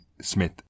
Smith